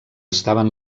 estaven